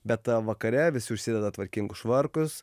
bet vakare visi užsideda tvarkingus švarkus